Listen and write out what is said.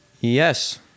Yes